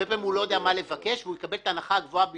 הרבה פעמים הוא לא יודע מה לבקש והוא יקבל את ההנחה הגבוהה ביותר,